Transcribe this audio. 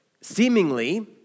seemingly